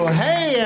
hey